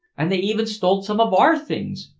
and they even stole some of our things.